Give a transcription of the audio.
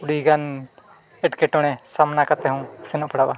ᱟᱹᱰᱤᱜᱟᱱ ᱮᱴᱠᱮᱴᱚᱬᱮ ᱥᱟᱢᱱᱟ ᱠᱟᱛᱮᱫ ᱦᱚᱸ ᱥᱮᱱᱚᱜ ᱯᱟᱲᱟᱜᱼᱟ